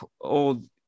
old